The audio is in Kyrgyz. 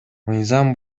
мыйзам